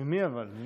ממי, אבל?